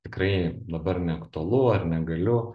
tikrai dabar neaktualu ar negaliu